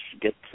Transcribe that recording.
get